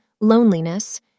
loneliness